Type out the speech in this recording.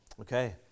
Okay